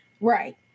Right